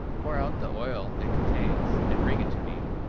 pour out the oil it contains and bring it to me.